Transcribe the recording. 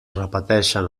repeteixen